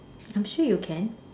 I'm sure you can